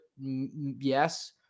Yes